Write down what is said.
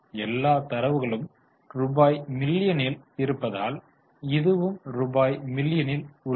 எல்லா தரவுகளும் ரூபாய் மில்லியனில் இருப்பதால் இதுவும் ரூபாய் மில்லியனில் உள்ளது